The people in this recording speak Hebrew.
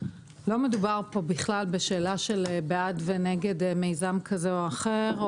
לא מדובר פה בכלל בשאלה של בעד או נגד מיזם כזה או אחר,